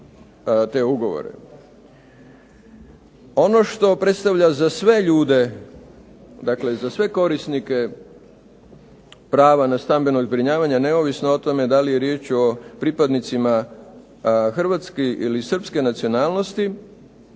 te ugovore. Ono što predstavlja za sve ljude, dakle za sve korisnike prava na stambeno zbrinjavanje, a neovisno o tome da li je riječ o pripadnicima hrvatske ili srpske nacionalnosti,